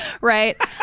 right